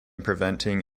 preventing